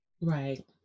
Right